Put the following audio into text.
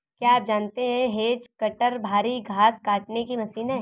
क्या आप जानते है हैज कटर भारी घांस काटने की मशीन है